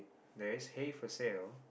there is hay for sale